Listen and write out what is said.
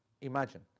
Imagine